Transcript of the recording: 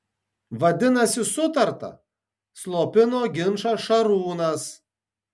vadinasi sutarta slopino ginčą šarūnas